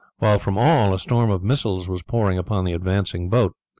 while from all a storm of missiles was poured upon the advancing boat.